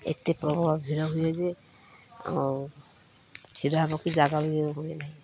ଏତେ ପ୍ରବଳ ଭିଡ଼ ହୁଏ ଯେ ଆଉ ଛିଡ଼ା ହେବାକୁ ଜାଗା ନାହିଁ